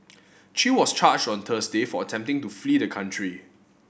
chew was charged on Thursday for attempting to flee the country